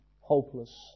hopeless